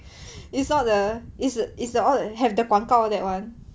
it's not the is is the all have the 广告 that [one]